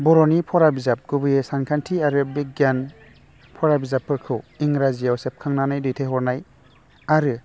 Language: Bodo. बर'नि फरा बिजाब गुबैयै सानखान्थि आरो बिगियान फरा बिजाबफोरखौ इंराजीयाव सेबखांनानै दैथायहरनाय आरो